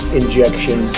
injection